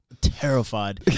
terrified